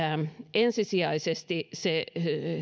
ensisijaisesti se